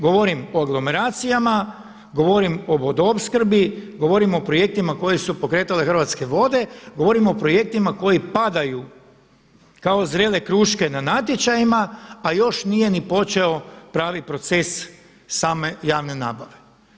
Govorim o anglomeracijama, govorim o vodoopskrbi, govorim o projektima koje su pokretale Hrvatske vode, govorim o projektima koji padaju kao zrele kruške na natječajima, a još nije ni počeo pravi proces same javne nabave.